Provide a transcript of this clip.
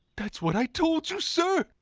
that's what i told you, sir.